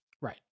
Right